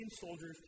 soldiers